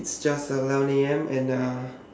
it's just eleven A_M and uh